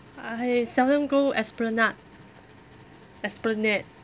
I seldom go esplanade esplanade